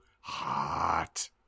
hot